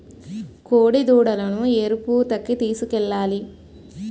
కోడిదూడలను ఎరుపూతకి తీసుకెళ్లాలి